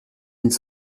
mille